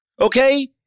Okay